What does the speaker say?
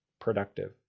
productive